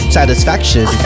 satisfaction